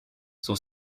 son